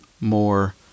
more